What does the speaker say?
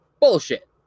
Bullshit